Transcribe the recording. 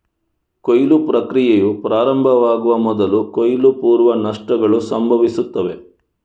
ಕೊಯ್ಲು ಪ್ರಕ್ರಿಯೆಯು ಪ್ರಾರಂಭವಾಗುವ ಮೊದಲು ಕೊಯ್ಲು ಪೂರ್ವ ನಷ್ಟಗಳು ಸಂಭವಿಸುತ್ತವೆ